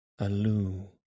aloo